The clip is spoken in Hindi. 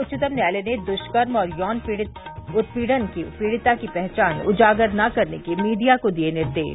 उच्चतम न्यायालय ने दुष्कर्म और यौन उत्पीड़न की पीड़िता की पहचान उजागर न करने के मीडिया को दिये निर्देश